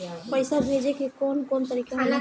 पइसा भेजे के कौन कोन तरीका होला?